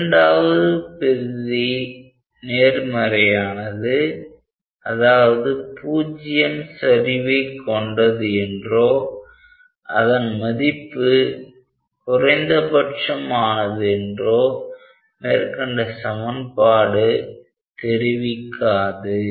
இரண்டாவது பெறுதி நேர்மறையானது அதாவது பூஜ்ஜியம் சரிவை கொண்டது என்றோ அதன் மதிப்பு குறைந்தபட்சம் ஆனது என்றோ மேற்கண்ட சமன்பாடு தெரிவிக்காது